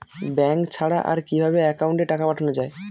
Bank ছাড়া আর কিভাবে একাউন্টে টাকা পাঠানো য়ায়?